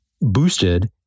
boosted